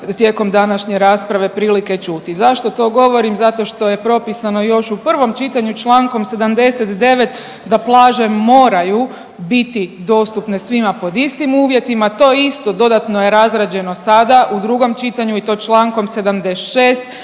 tijekom današnje rasprave prilike čuti. Zašto to govorim? Zato što je propisano još u prvom čitanju Člankom 79. da plaže moraju biti dostupne svima pod istim uvjetima. To isto dodatno je razrađeno sada u drugom čitanju i to Člankom 76.